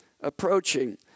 approaching